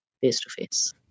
face-to-face